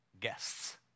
guests